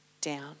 down